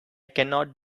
cannot